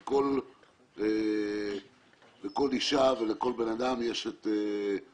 כי לכל אישה ולכל בן אדם יש את הדברים